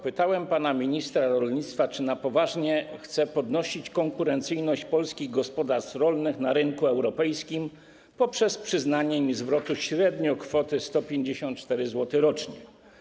Pytałem pana ministra rolnictwa, czy na poważnie chce podnosić konkurencyjność polskich gospodarstw rolnych na rynku europejskim poprzez przyznanie im zwrotu średnio kwoty 154 zł rocznie.